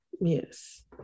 yes